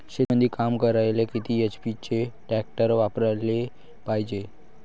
शेतीमंदी काम करायले किती एच.पी चे ट्रॅक्टर वापरायले पायजे?